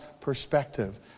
perspective